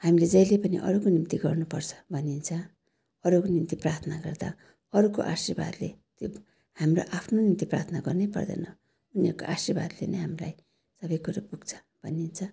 हामीले जहिले पनि अरूको निम्ति गर्नु पर्छ भनिन्छ अरूको निम्ति प्रार्थना गर्दा अरूको आशीर्वादले त्यो हाम्रा आफ्नो निम्ति प्रार्थना गर्नै पर्दैन उनीहरूको आशीर्वादले नै हामीलाई सबै कुरा पुग्छ भनिन्छ